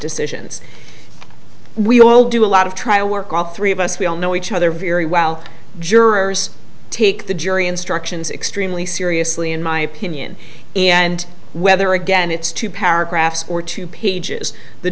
decisions we all do a lot of trial work all three of us we all know each other very well jurors take the jury instructions extremely seriously in my opinion and whether again it's two paragraphs or two pages the